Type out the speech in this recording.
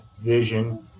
vision